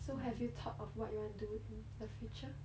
so have you thought of what you want to do in the future